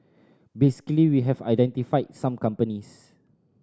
basically we have identified some companies